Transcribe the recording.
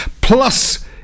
Plus